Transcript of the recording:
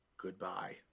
Goodbye